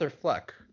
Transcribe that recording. Fleck